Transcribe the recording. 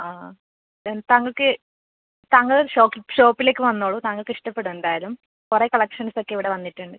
ആ താങ്കൾക്ക് താങ്കൾ ഷോപ് ഷോപ്പിലേക്ക് വന്നോളു താങ്കൾക്കിഷ്ടപ്പെടും എന്തായാലും കുറെ കളക്ഷൻസൊക്കെ ഇവിടെ വന്നിട്ടുണ്ട്